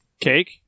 cake